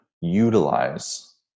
utilize